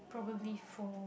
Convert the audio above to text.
probably phone